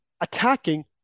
attacking